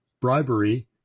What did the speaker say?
bribery